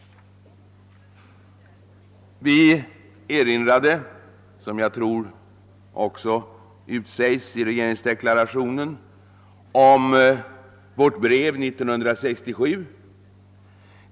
Vi erinrade också om vårt brev år 1967, något som utsägs även i deklarationen.